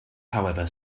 however